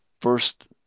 first